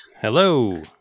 hello